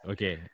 Okay